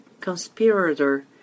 conspirator